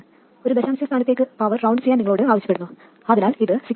ഒരു ദശാംശ സ്ഥാനത്തേക്ക് പവർ റൌണ്ട് ചെയ്യാൻ നിങ്ങളോട് ആവശ്യപ്പെടുന്നു അതിനാൽ ഇത് 6